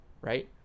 right